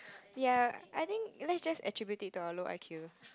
ya I think let's just attribute it to our low i_q